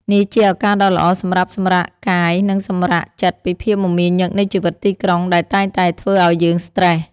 នេះជាឱកាសដ៏ល្អសម្រាប់សម្រាកកាយនិងសម្រាកចិត្តពីភាពមមាញឹកនៃជីវិតទីក្រុងដែលតែងតែធ្វើឲ្យយើងស្ត្រេស។